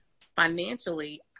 financially